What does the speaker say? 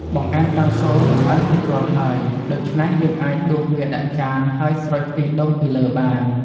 បង្អែមតៅស៊នឆ្អិនរួចរាល់ហើយ ដូច្នេះយើងអាចដួសវាដាក់ចានហើយស្រោចខ្ទិះដូងពីលើបាន។